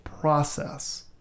process